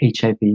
HIV